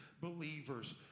believers